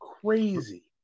Crazy